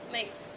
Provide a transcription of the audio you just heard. makes